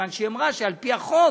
מכיוון שהיא אמרה שעל פי החוק